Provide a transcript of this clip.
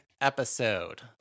episode